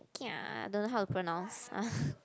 kia I don't know how to pronounce